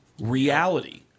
reality